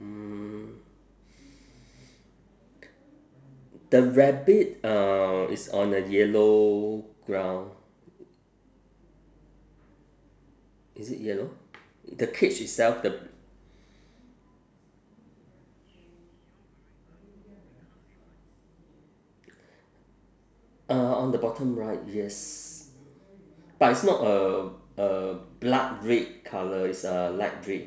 mm the rabbit uh is on a yellow ground is it yellow the cage itself the uh on the bottom right yes but it's not a a blood red colour it's a light red